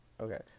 okay